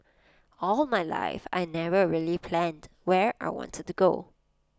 all my life I never really planned where I wanted to go